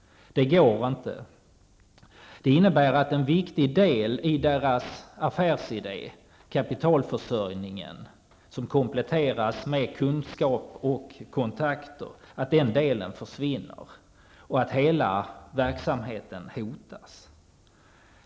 Det går inte. Detta innebär att en viktig del av fondernas affärsidé, kapitalförsörjningen som kompletteras med kunskap och kontakter, försvinner samt att hela verksamheten hotas.